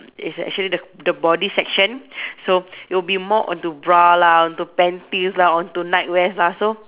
is actually the the body section so it'll be more onto bra lah onto panties lah onto nightwears lah so